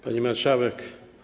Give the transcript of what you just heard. Pani Marszałek!